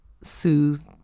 soothe